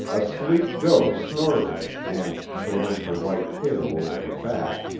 a sleek doe snorted and, curling her white tail over her back,